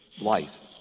life